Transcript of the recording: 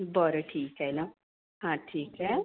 बरं ठीक आहे ना हां ठीक आहे